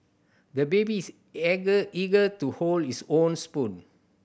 the baby is eager to hold his own spoon